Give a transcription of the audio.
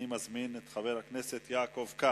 אני מזמין את חבר הכנסת יעקב כץ.